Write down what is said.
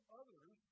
others